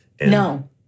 No